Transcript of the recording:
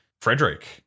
Frederick